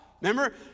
Remember